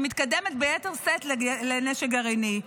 היא מתקדמת ביתר שאת לנשק גרעיני,